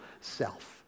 self